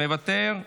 מוותר.